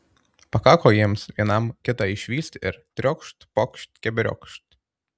pakako jiems vienam kitą išvysti ir triokšt pokšt keberiokšt